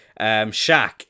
Shaq